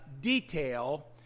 detail